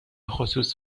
خصوص